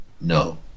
No